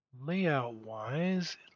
layout-wise